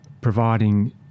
providing